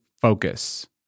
focus